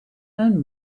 own